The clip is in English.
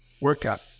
workout